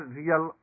real